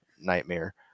nightmare